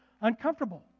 uncomfortable